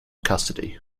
custody